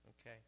Okay